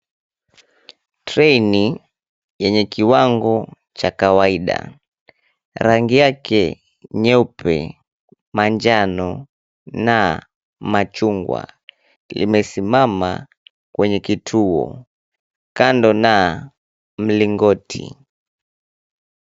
Treni yenye kiwango cha kawaida. Rangi yake nyeupe, manjano na machungwa. Limesimama kwenye kituo kando na mlingoti.